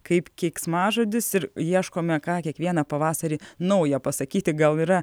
kaip keiksmažodis ir ieškome ką kiekvieną pavasarį nauja pasakyti gal yra